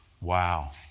Wow